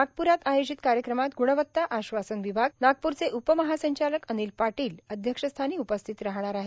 नागप्रात आयोजित कार्यक्रमात ग्णवत्ता आश्वासन विभाग नागप्रचे उपमहासंचालक अनिल पाटिल अध्यक्षस्थानी उपस्थित राहणार आहेत